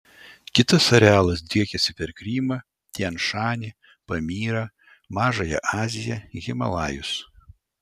kitas arealas driekiasi per krymą tian šanį pamyrą mažąją aziją himalajus